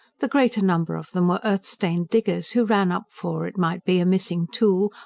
the greater number of them were earth-stained diggers, who ran up for, it might be, a missing tool,